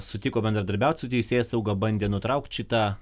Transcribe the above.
sutiko bendradarbiaut su teisėsauga bandė nutraukt šitą